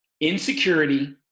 insecurity